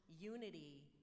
unity